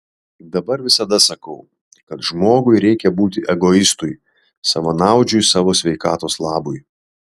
dabar visada sakau kad žmogui reikia būti egoistui savanaudžiui savo sveikatos labui